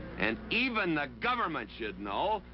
and even the government should know.